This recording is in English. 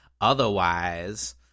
otherwise